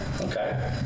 Okay